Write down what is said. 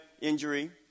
injury